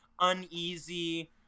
uneasy